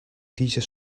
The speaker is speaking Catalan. tiges